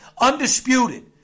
undisputed